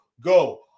go